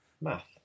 Math